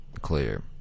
clear